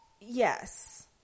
Yes